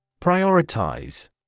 Prioritize